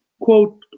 Quote